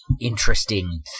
interesting